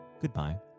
goodbye